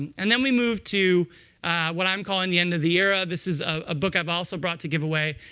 and and then we move to what i'm calling the end of the era. this is a book i've also brought to give away.